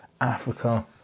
Africa